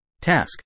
task